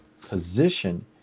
position